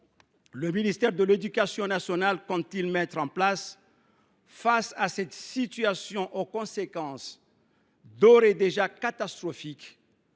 le ministère de l’éducation nationale compte t il prendre face à cette situation aux conséquences d’ores et déjà catastrophiques